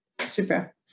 Super